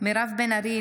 מירב בן ארי,